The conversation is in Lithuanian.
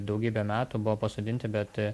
daugybę metų buvo pasodinti bet